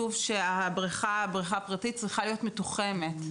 כתוב שבריכה פרטית צריכה להיות מתוחמת.